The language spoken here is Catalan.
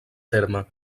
terme